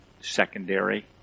secondary